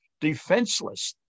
defenseless